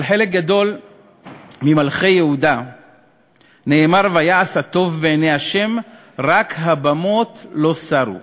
על חלק גדול ממלכי יהודה נאמר "ויעש הטוב בעיני ה' רק הבמות לא סרו".